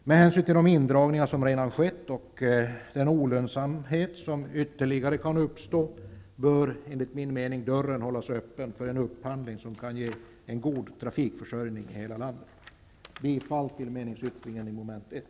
Med hänsyn till de indragningar som redan har skett och den olönsamhet som ytterligare kan uppstå, bör dörren hållas öppen för en upphandling som kan ge en god trafikförsörjning i hela landet. Jag yrkar bifall till meningsyttringen som gäller mom. 1.